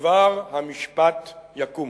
ודבר המשפט יקום.